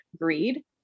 greed